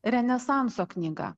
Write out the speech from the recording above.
renesanso knyga